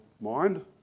mind